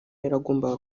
yaragombaga